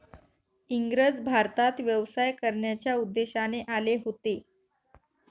इंग्रज भारतात व्यवसाय करण्याच्या उद्देशाने आले होते